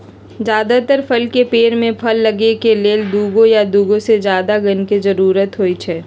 जदातर फल के पेड़ में फल लगे के लेल दुगो या दुगो से जादा गण के जरूरत होई छई